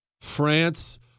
France